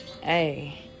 hey